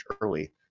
early